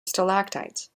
stalactites